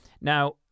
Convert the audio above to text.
now